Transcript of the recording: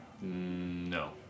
No